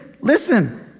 listen